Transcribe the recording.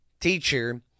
teacher